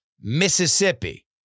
Mississippi